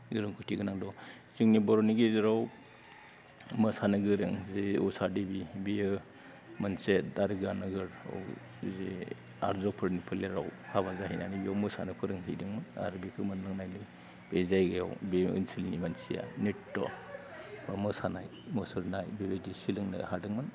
रोंगौथिगोनां दं जोंनि बर'नि गेजेराव मोसानो गोरों जि उसादेबि बियो मोनसे दारगा नोगोराव जे आर्ज्यफोरनि फोलेराव हाबा जाहैनानै बेयाव मोसानो फोरोंहैदोंमोन आरो बेखौ मोन्दांनानै बे जायगायाव बियो ओनसोलनि मानसिया नृत्य बा मोसानाय मुसुरनाय बेबायदि सोलोंनो हादोंमोन